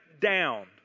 down